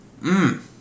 Mmm